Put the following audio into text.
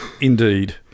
Indeed